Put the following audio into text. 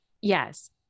yes